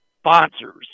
sponsors